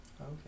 okay